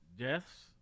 Deaths